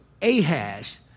Ahash